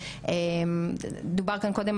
אסופה של חוקים שכן קיימים,